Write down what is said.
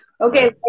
okay